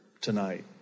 tonight